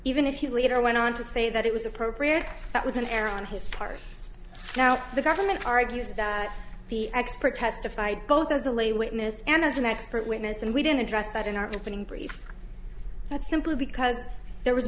even if he later went on to say that it was appropriate that was an error on his part now the government argues that the expert testified both as a lay witness and as an expert witness and we didn't address that in our opening brief but simply because there was